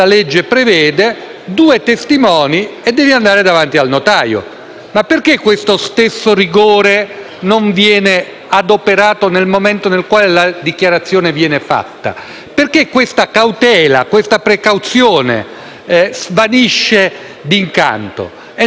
Perché questo stesso rigore non viene adoperato nel momento in cui la dichiarazione viene fatta? Perché questa cautela, questa precauzione svanisce d'incanto e non si prende in considerazione né un limite di tempo,